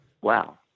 wow